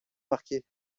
marqué